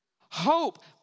Hope